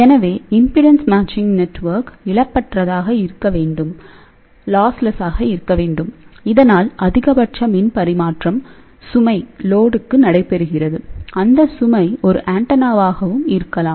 எனவே impedance matching network இழப்பற்றதாக இருக்க வேண்டும் இதனால் அதிகபட்ச மின் பரிமாற்றம் சுமைக்கு நடைபெறுகிறது அந்த சுமை ஒரு ஆண்டெனாவாகவும் இருக்கலாம்